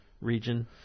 region